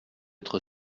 être